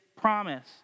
promise